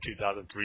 2003